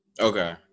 Okay